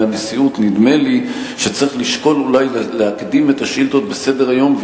הנשיאות: נדמה לי שצריך לשקול להקדים את השאילתות בסדר-היום,